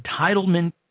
entitlement